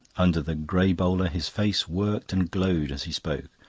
under the grey bowler his face worked and glowed as he spoke.